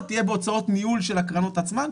תהיה בהוצאות ניהול של הקרנות עצמן.